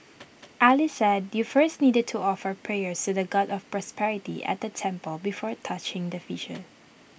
alice said you first need to offer prayers to the God of prosperity at the temple before touching the fish